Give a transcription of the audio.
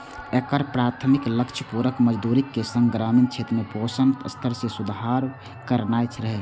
एकर प्राथमिक लक्ष्य पूरक मजदूरीक संग ग्रामीण क्षेत्र में पोषण स्तर मे सुधार करनाय रहै